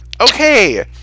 okay